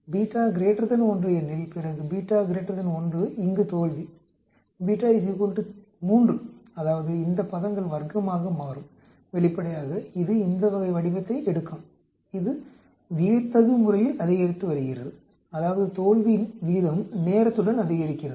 இப்போது எனில் பிறகு இங்கு தோல்வி அதாவது இந்த பதங்கள் வர்க்கமாக மாறும் வெளிப்படையாக இது இந்த வகை வடிவத்தை எடுக்கும் இது வியத்தகு முறையில் அதிகரித்து வருகிறது அதாவது தோல்வி விகிதம் நேரத்துடன் அதிகரிக்கிறது